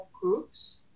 groups